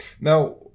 Now